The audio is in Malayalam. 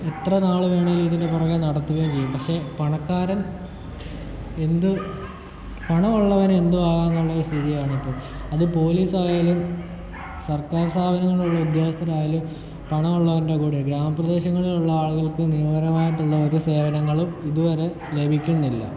എത്ര നാൾ വേണമെങ്കിലും ഇതിൻ്റെ പുറകേ നടത്തുകയും ചെയ്യുന്നു പക്ഷേ പണക്കാരൻ എന്ത് പണമുള്ളവൻ എന്തും ആകാമെന്നുള്ള സ്ഥിതിയാണിപ്പോൾ അത് പൊലീസായാലും സർക്കാർ സ്ഥാപനങ്ങളിലെ ഉദ്യോഗസ്ഥനായാലും പണമുള്ളവൻ്റെ കൂടെ ഗ്രാമപ്രദേശങ്ങളിലുള്ള ആളുകൾക്ക് നിയമപരമായിട്ടുള്ള ഒരു സേവനങ്ങളും ഇതുവരെ ലഭിക്കുന്നില്ല